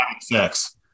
sex